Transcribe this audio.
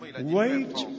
wait